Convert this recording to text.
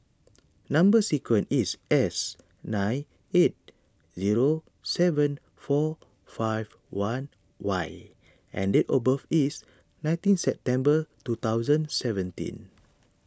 Number Sequence is S nine eight zero seven four five one Y and date of birth is nineteen September two thousand seventeen